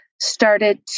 started